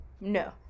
No